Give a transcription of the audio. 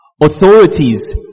Authorities